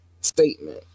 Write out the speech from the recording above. statement